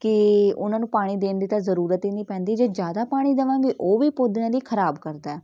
ਕਿ ਉਹਨਾਂ ਨੂੰ ਪਾਣੀ ਦੇਣ ਦੀ ਤਾਂ ਜ਼ਰੂਰਤ ਹੀ ਨਹੀਂ ਪੈਂਦੀ ਜੇ ਜ਼ਿਆਦਾ ਪਾਣੀ ਦੇਵਾਂਗੇ ਉਹ ਵੀ ਪੌਦਿਆਂ ਦੀ ਖਰਾਬ ਕਰਦਾ